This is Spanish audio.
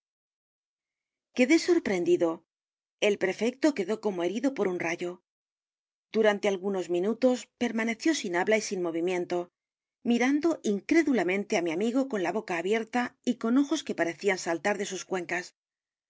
quedé sorprendido el prefecto quedó como herido por un rayo durante algunos minutos permaneció sin habla y sin movimiento mirando incrédulamente á mi amigo con la boca abierta y con ojos que parecían sahtar de sus c